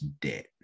debt